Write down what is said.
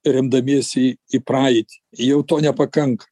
remdamiesi į praeitį jau to nepakanka